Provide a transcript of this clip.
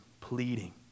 pleading